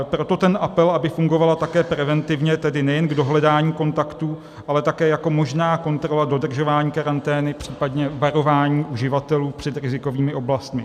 Proto ten apel, aby fungovala také preventivně, tedy nejen k dohledání kontaktů, ale také jako možná kontrola dodržování karantény, případně varování uživatelů před rizikovými oblastmi.